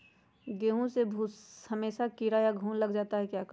गेंहू में हमेसा कीड़ा या घुन लग जाता है क्या करें?